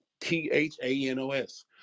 T-H-A-N-O-S